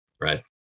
Right